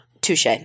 Touche